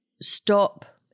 Stop